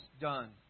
done